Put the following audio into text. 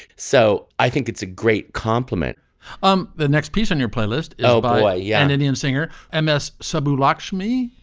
so i think it's a great compliment um the next piece on your playlist. oh you ah yeah an indian singer m s. sabu lakshmi.